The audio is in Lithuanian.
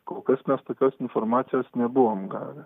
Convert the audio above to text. kol kas mes tokios informacijos nebuvom gavę